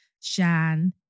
Shan